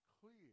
clear